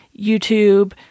YouTube